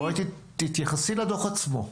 תתייחסי לדוח עצמו.